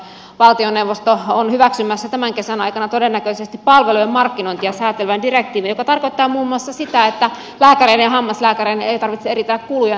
valtioneuvosto on hyväksymässä tämän kesän aikana todennäköisesti palvelujen markkinointia säätelevän direktiivin joka tarkoittaa muun muassa sitä että lääkäreiden ja hammaslääkäreiden ei tarvitse eritellä kuluja nähtäville